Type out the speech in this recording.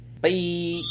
bye